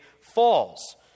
falls